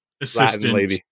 Assistant